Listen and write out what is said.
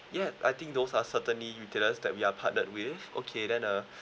ya I think those are certainly retailers that we are partnered with okay then uh